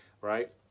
Right